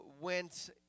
went